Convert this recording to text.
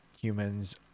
humans